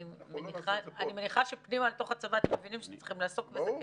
אני מניחה שבצבא אתם יודעים שצריך לעסוק בזה.